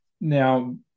Now